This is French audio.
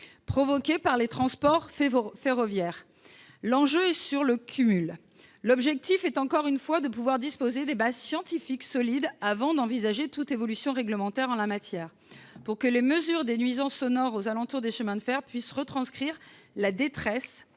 provoquées par les transports ferroviaires. L'objectif est, encore une fois, de pouvoir disposer de bases scientifiques solides avant d'envisager toute évolution réglementaire en la matière pour que les mesures des nuisances sonores aux alentours des chemins de fer puissent retranscrire la véritable